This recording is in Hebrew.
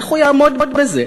איך הוא יעמוד בזה?